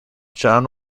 john